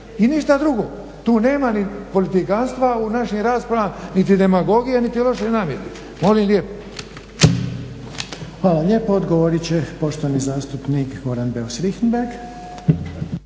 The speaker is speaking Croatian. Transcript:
I ništa drugo, tu nema ni politikantstva u našim raspravama, niti demagogije niti loše namjere. Molim lijepo.